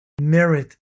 merit